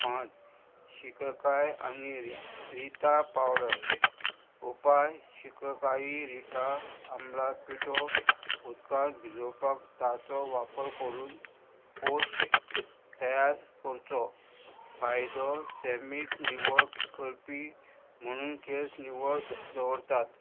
पांच शिककाय आनी री रिता पावडर उपाय शिकायी रिटा आमला पिठो उदकांत भिजोवपाक ताचो वापर करून पोस्ट तयार करचो फायदो सेमीक निवळ करपी म्हणून केस निवळ दवरतात